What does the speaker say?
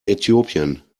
äthiopien